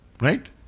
right